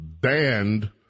banned